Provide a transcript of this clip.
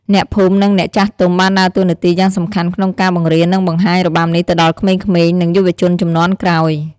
អ្នកភូមិ និងអ្នកចាស់ទុំបានដើរតួនាទីយ៉ាងសំខាន់ក្នុងការបង្រៀន និងបង្ហាញរបាំនេះទៅដល់ក្មេងៗ និងយុវជនជំនាន់ក្រោយ។